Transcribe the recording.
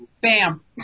Bam